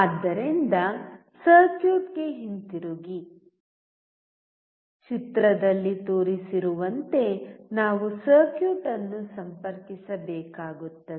ಆದ್ದರಿಂದ ಸರ್ಕ್ಯೂಟ್ಗೆ ಹಿಂತಿರುಗಿ ಚಿತ್ರದಲ್ಲಿ ತೋರಿಸಿರುವಂತೆ ನಾವು ಸರ್ಕ್ಯೂಟ್ ಅನ್ನು ಸಂಪರ್ಕಿಸಬೇಕಾಗಿತ್ತು